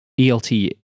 ELT